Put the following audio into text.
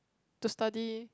to study